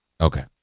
Okay